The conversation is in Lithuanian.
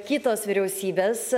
kitos vyriausybės